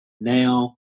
Now